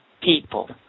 people